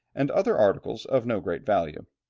and other articles of no great value.